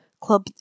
Club